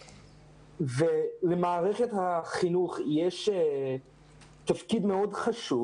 למערכת החינוך יש תפקיד מאוד חשוב